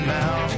now